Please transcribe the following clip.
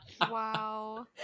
wow